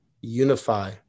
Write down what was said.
unify